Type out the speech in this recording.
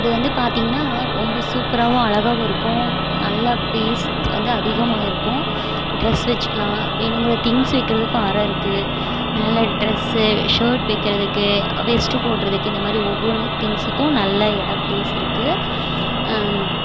அது வந்து பார்த்திங்கனா ரொம்ப சூப்பராகவும் அழகாவுமிருக்கும் நல்லா பேஸ் வந்து அதிகமாக இருக்கும் ட்ரஸ் வச்சுக்கலாம் வேணுங்கிற திங்ஸ் வைக்கிறதுக்கும் அறை இருக்கு மேலே ட்ரஸ்சு ஷேர்ட் வைக்கறதுக்கு வெஸ்ட் போடறதுக்கு இந்த மாதிரி ஒவ்வொரு திங்ஸ்சுக்கும் நல்ல இடம் ப்ளேஸ்ருக்குது